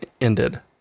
ended